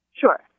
Sure